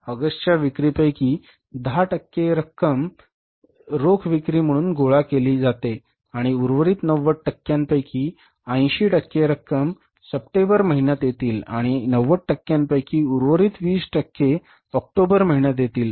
ऑगस्टच्या विक्रीपैकी १० टक्के रक्कम रोख विक्री म्हणून गोळा केली जाते आणि उर्वरित 90 टक्क्यांपैकी 80 टक्के रक्कम सप्टेंबर महिन्यात येतील आणि 90 टक्क्यांपैकी उर्वरित २० टक्के ऑक्टोबरमध्ये येतील